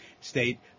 state